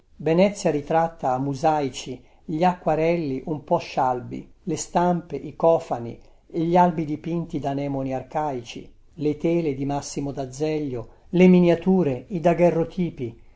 venezia ritratta a musaici gli acquerelli un po scialbi le stampe i cofani gli albi dipinti danemoni arcaici le tele di massimo dazeglio le miniature i